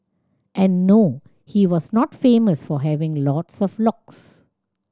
and no he was not famous for having lots of locks